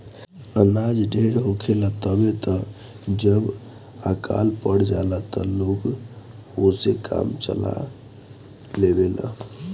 अनाज ढेर होखेला तबे त जब अकाल पड़ जाला त लोग ओसे काम चला लेवेला